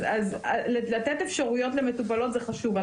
וכן לתת אפשרויות למטופלות זה חשוב.